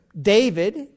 David